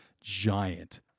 giant